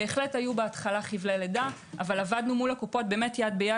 היו חבלי לידה אבל עבדנו מול הקופות יד ביד